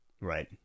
Right